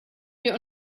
wir